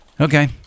okay